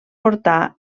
portar